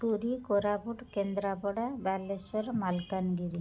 Puri Koraput Kendrapara Baleshwar Malkangiri